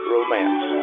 Romance